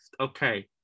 okay